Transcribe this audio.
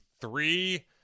three